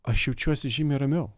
aš jaučiuosi žymiai ramiau